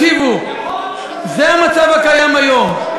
זה המצב הקיים היום.